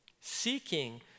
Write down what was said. seeking